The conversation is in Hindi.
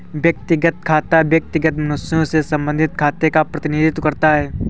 व्यक्तिगत खाता व्यक्तिगत मनुष्यों से संबंधित खातों का प्रतिनिधित्व करता है